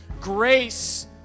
grace